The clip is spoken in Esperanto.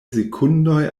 sekundoj